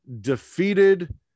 defeated